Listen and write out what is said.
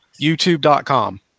YouTube.com